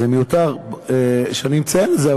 זה מיותר שאני מציין את זה,